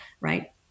right